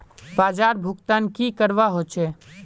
बाजार भुगतान की करवा होचे?